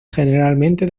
generalmente